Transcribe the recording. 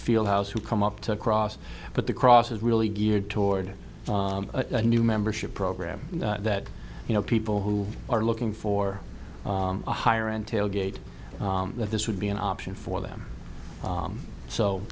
field house who come up to cross but the cross is really geared toward a new membership program that you know people who are looking for a higher end tailgate that this would be an option for them